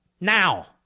Now